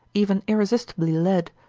even irresistibly led,